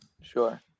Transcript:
Sure